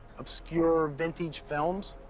obscure vintage films.